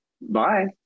Bye